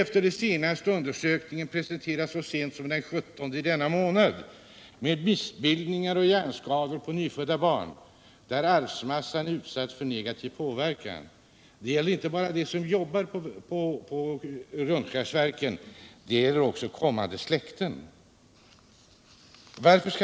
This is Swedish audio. Efter den senaste undersökningen, presenterad så sent som den 17 i denna månad, vet vi att det också orsakas missbildningar och hjärnskador på nyfödda barn, där arvsmassan är utsatt för negativ påverkan. Hotet gäller alltså inte bara dem som jobbar på Rönnskärsverken utan också kommande släkten.